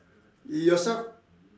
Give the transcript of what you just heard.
yourself